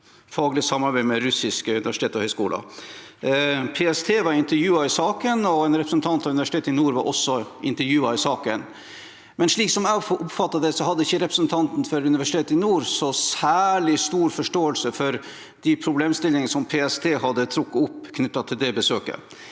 faglig samarbeid med russiske universiteter og høyskoler. PST var intervjuet i saken, og en representant fra Nord universitet var også intervjuet i saken. Men slik jeg oppfattet det, hadde ikke representanten fra Nord universitet særlig stor forståelse for de problemstillingene PST hadde trukket opp knyttet til det besøket.